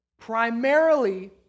Primarily